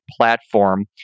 platform